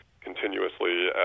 continuously